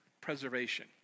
Preservation